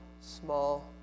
small